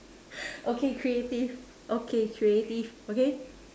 okay creative okay creative okay